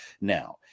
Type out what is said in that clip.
now